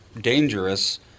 dangerous